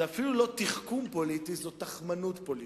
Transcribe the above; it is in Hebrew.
זה אפילו לא תחכום פוליטי, זאת תכמנות פוליטית.